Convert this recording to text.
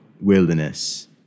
wilderness